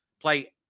play